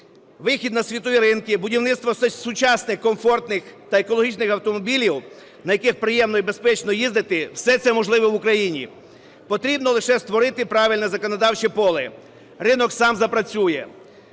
вихід на світові ринки, будівництво сучасних, комфортних та екологічних автомобілів, на яких приємно і безпечно їздити, –все це можливо в Україні. Потрібно лише створити правильне законодавче поле, ринок сам запрацює.